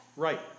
Right